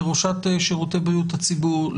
לראשת שירותי בריאות הציבור,